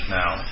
now